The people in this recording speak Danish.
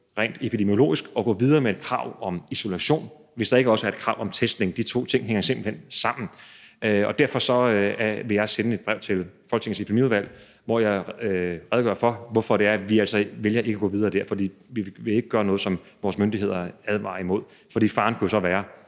rent epidemiologisk at gå videre med et krav om isolation, hvis der ikke også er et krav om testning, da de to ting simpelt hen hænger sammen. Og derfor vil jeg sende et brev til Folketingets Epidemiudvalg, hvor jeg redegør for, hvorfor det er, at vi altså vælger ikke at gå videre der; for vi vil ikke gøre noget, som vores myndigheder advarer imod. For faren kunne så være,